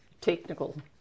technical